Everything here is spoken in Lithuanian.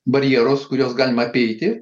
barjerus kuriuos galima apeiti